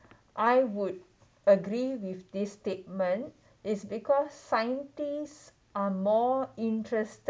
I would agree with this statement is because scientists are more intereste~